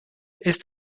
ist